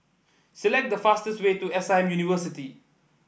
select the fastest way to S I University